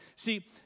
See